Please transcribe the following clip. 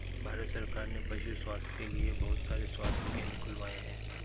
भारत सरकार ने पशु स्वास्थ्य के लिए बहुत सारे स्वास्थ्य केंद्र खुलवाए हैं